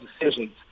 decisions